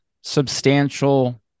substantial